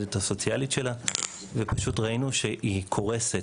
מהעובדת הסוציאלית שלה ופשוט ראינו שהיא קורסת.